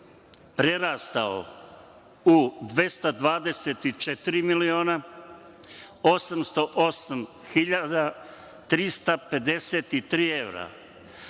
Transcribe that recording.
prerastao u 224 miliona 808 hiljada 353 evra,